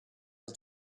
was